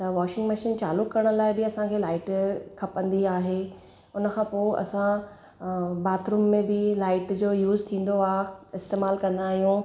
त washing machine चालू करण लाइ बि असांखे लाइट खपंदी आहे उन खां पोइ असां बाथरूम में बि लाइट जो यूस थींदो आहे इस्तेमालु कंदा आहियूं